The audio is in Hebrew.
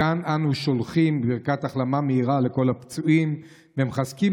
מכאן אנו שולחים ברכת החלמה מהירה לכל הפצועים ומחזקים